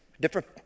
different